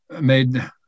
made